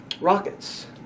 rockets